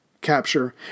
capture